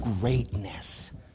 greatness